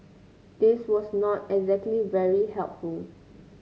this was not exactly very helpful